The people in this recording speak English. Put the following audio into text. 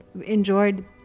enjoyed